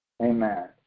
Amen